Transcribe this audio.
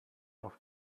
auf